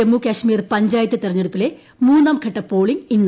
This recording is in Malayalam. ജമ്മു കശ്മീർ പഞ്ചായത്ത് തെരഞ്ഞെടുപ്പിലെ മൂന്നാം ഘട്ട പോളിംഗ് ഇന്ന്